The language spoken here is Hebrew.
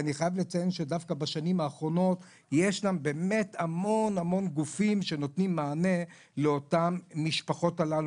בשנים האחרונות יש המון גופים שנותנים מענה למשפחות הללו.